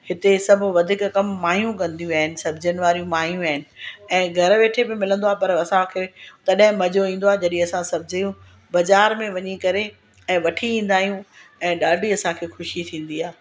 हिते सभु वधीक कम माइयूं कंदियूं आहिनि सब्जीनि वारी माइयूं आहिनि ऐं घर वेठे बि मिलंदो आहे पर असांखे तॾहिं मज़ो ईंदो आहे जॾहिं असां सब्जियूं बाज़ारि में वञी करे ऐं वठी ईंदा आहियूं ऐं ॾाढी असांखे ख़ुशी थींदी आहे